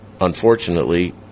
unfortunately